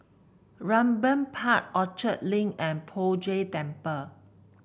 Raeburn Park Orchard Link and Poh Jay Temple